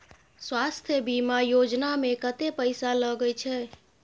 स्वास्थ बीमा योजना में कत्ते पैसा लगय छै?